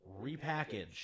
repackage